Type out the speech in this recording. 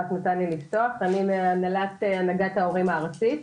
אני מהנהלת הנהגת ההורים הארצית.